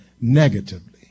negatively